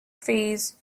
fees